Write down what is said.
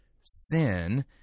sin